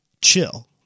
chill